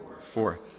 Four